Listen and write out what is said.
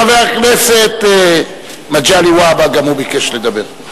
גם חבר הכנסת מגלי והבה ביקש לדבר.